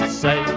say